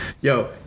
Yo